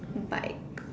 bike